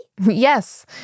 Yes